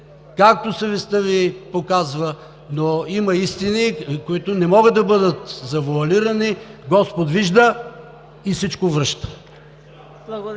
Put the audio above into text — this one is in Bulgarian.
както съвестта Ви показва, но има истини, които не могат да бъдат завоалирани. Господ вижда и всичко връща!